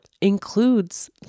includes